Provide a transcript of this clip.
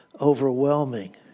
overwhelming